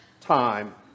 time